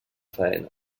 faena